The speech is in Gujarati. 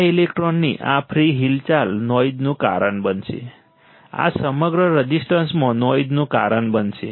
આ ઇલેક્ટ્રોનની આ ફ્રિ હિલચાલ નોઇઝનું કારણ બનશે આ સમગ્ર રઝિસ્ટન્સમાં નોઇઝનું કારણ બનશે